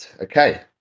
Okay